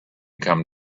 come